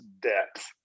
depth